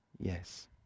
Yes